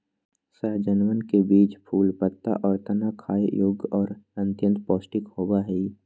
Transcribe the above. सहजनवन के बीज, फूल, पत्ता, और तना खाय योग्य और अत्यंत पौष्टिक होबा हई